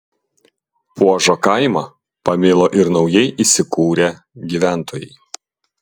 puožo kaimą pamilo ir naujai įsikūrę gyventojai